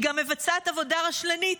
היא גם מבצעת עבודה רשלנית.